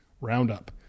roundup